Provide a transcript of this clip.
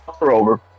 over